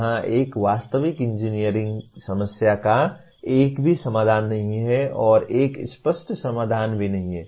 यहां एक वास्तविक विश्व इंजीनियरिंग समस्या का एक भी समाधान नहीं है और एक स्पष्ट समाधान भी नहीं है